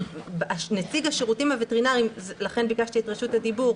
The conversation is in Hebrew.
נציג השירותים הווטרינריים לכן ביקשתי את רשות הדיבור,